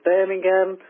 Birmingham